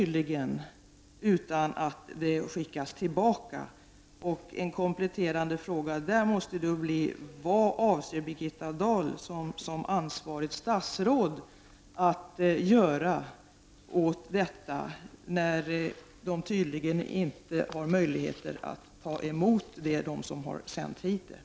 De skickas alltså inte tillbaka. En kompletterande fråga i detta sammanhang måste bli: Vad avser Birgitta Dahl som ansvarigt statsråd att göra åt detta? De som har sänt hit material har tydligen inte möjlighet att ta emot det igen.